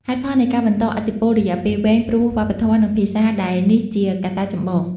ហេតុផលនៃការបន្តឥទ្ធិពលរយៈពេលវែងព្រោះវប្បធម៌ និងភាសា ដែលនេះជាកត្តាចម្បង។